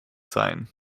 sein